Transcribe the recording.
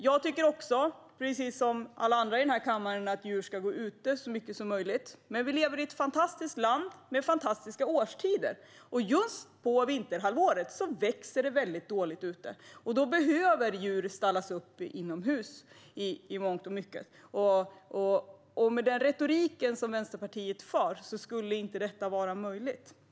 Jag tycker också, precis som alla andra i den här kammaren, att djur ska gå ute så mycket som möjligt, men vi lever i ett fantastiskt land med fantastiska årstider. Just på vinterhalvåret växer det dåligt ute, och då behöver djur stallas upp inomhus i mångt och mycket. Enligt den retorik som Vänsterpartiet för skulle detta inte vara möjligt.